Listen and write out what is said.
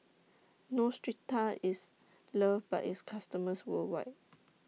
Neostrata IS loved By its customers worldwide